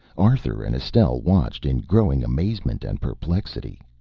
arthur and estelle watched in growing amazement and perplexity.